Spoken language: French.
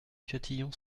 châtillon